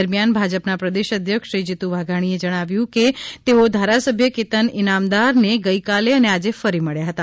દરમિયાન ભાજપના પ્રદેશ અધ્યક્ષ શ્રી જીતુ વાઘાણી એ જણાવ્યું છે કે તેઓ ધારાસભ્ય કેતન ઇનામદારને ગઈકાલે અને આજે ફરી મળ્યા હતા